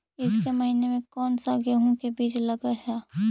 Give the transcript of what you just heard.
ईसके महीने मे कोन सा गेहूं के बीज लगे है?